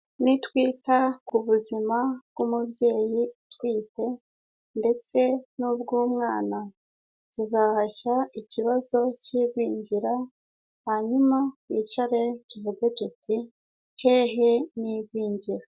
Ni twita ku buzima bw'umubyeyi utwite, ndetse n'ubw'umwana, tuzahashya ikibazo cy'igwingira hanyuma twicare tuvuge tuti hehe n'igwingira.